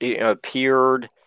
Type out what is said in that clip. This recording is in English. appeared